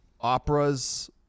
operas